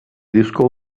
disco